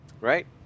Right